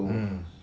mmhmm